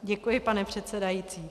Děkuji, pane předsedající.